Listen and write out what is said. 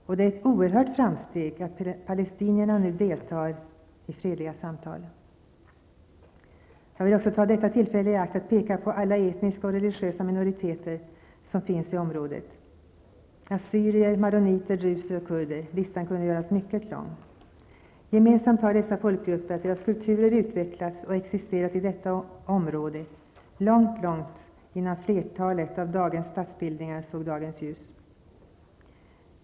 Och det är ett oerhört framsteg att palestinierna nu deltar i fredliga samtal. Jag vill också ta detta tillfälle i akt att peka på alla etniska och religiösa minoriteter som finns i detta område. Det är assyrier, maroniter, druser och kurder -- listan kunde göras mycket lång. Gemensamt har dessa folkgrupper att deras kulturer utvecklats och existerat i detta område långt, långt innan flertalet av dagens statsbildningar såg dagens ljus.